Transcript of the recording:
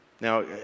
Now